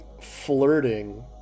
flirting